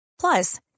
Plus